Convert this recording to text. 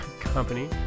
company